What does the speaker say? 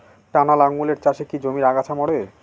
টানা লাঙ্গলের চাষে কি জমির আগাছা মরে?